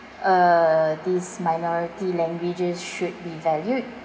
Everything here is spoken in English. uh these minority languages should be valued